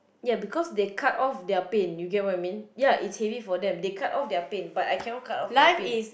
ya because they cut off their pain you get what I mean ya it's heavy for them they cut off their pain but I cannot cut off my pain